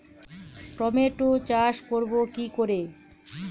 Tomato চাষ করব কি করে?